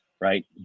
right